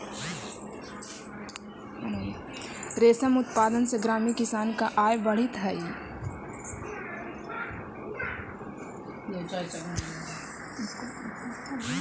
रेशम उत्पादन से ग्रामीण किसान के आय बढ़ित हइ